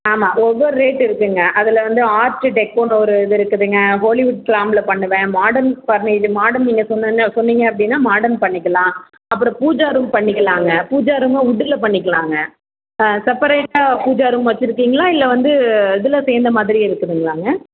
ஆமாம் ஒவ்வொர் ரேட்டு இருக்குங்க அதில் வந்து ஆர்ட்டு டெக்கோன்னு ஒரு இது இருக்குதுங்க ஹாலிவுட் ஃபார்மில் பண்ணுவேன் மாடர்ன் ஃபர்னி இது மாடர்ன் நீங்கள் சொன்னன்ன சொன்னீங்க அப்படின்னா மாடர்ன் பண்ணிக்கலாம் அப்புறம் பூஜா ரூம் பண்ணிக்கலாங்க பூஜா ரூம்மு உட்டில் பண்ணிக்கலாங்க செப்பரேட்டாக பூஜா ரூம் வச்சிருக்கீங்களா இல்லை வந்து இதில் சேர்ந்த மாதிரி இருக்குதுங்களாங்க